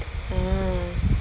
ah